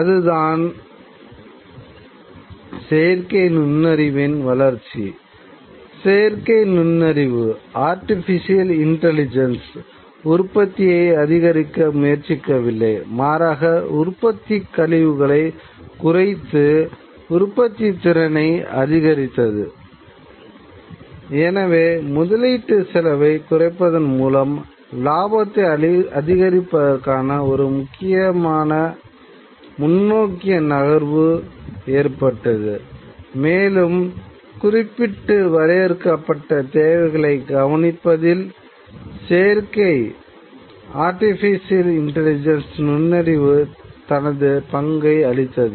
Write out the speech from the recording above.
அதுதான் செயற்கை நுண்ணறிவின் நுண்ணறிவு தனது பங்கைக் அளித்தது